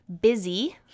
busy